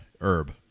Herb